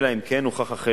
אלא אם כן הוכח אחרת.